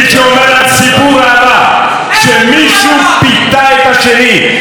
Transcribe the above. מי שאומר על סיפור אהבה שמישהו פיתה את השני,